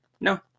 No